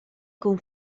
con